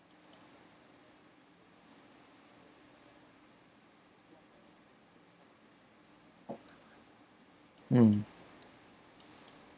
mm